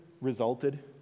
resulted